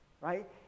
right